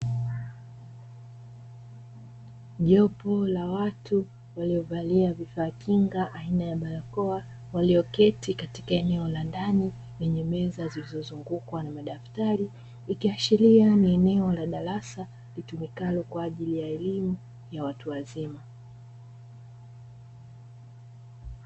Jopo la watu lililovalia vifaa kinga aina ya barakoa, walioketi katika eneo la ndani lenye meza zililozungukwa na madaftari ikiashiria ni eneo la darasa litumikalo kwa ajili ya elimu ya watu wazima.